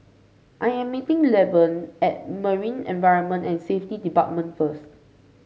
I am meeting Levon at Marine Environment and Safety Department first